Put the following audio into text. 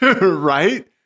Right